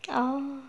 oh